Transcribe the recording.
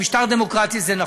במשטר דמוקרטי זה נכון.